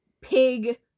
Pig